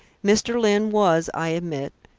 mr. lyne was, i admit,